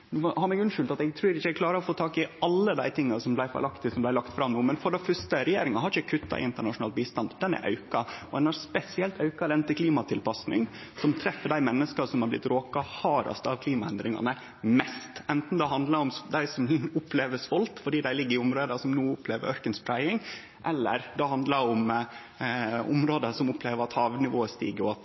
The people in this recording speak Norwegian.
ha meg unnskyldt, men eg trur ikkje eg greier å få tak i alle dei tinga som blei lagde fram no. Men for det første: Regjeringa har ikkje kutta i internasjonal bistand; han er auka. Og ein har spesielt auka bistanden til klimatilpassing som treffer dei menneska som har blitt råka hardast av klimaendringane, mest, anten det handlar om dei som opplever svolt fordi dei bur i områda som no opplever ørkenspreiing, eller det handlar om område som opplever at havnivået stig